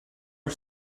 are